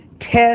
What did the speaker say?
test